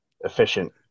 efficient